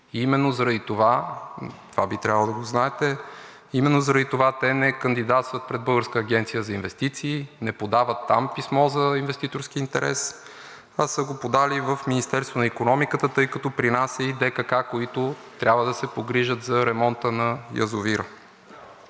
Именно заради това, и това би трябвало да го знаете, те не кандидатстват пред Българската агенция за инвестиции, не подават там писмо за инвеститорски интерес, а са го подали в Министерството на икономиката, тъй като при нас е и ДКК, които трябва да се погрижат за ремонта на язовира.